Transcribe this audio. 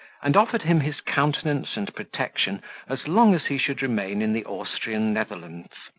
and offered him his countenance and protection as long as he should remain in the austrian netherlands.